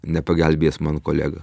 nepagelbės man kolega